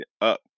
up